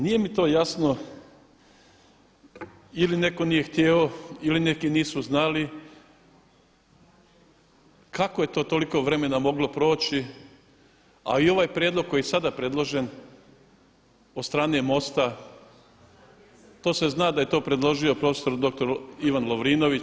Nije mi to jasno ili netko nije htio ili neki nisu znali kako je to toliko vremena moglo proći, a i ovaj prijedlog koji je sada predložen od strane MOST-a to se zna da je to predložio prof. dr. Ivan Lovrinović.